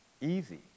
easy